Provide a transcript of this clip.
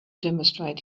demonstrate